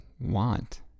want